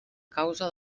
causa